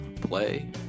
play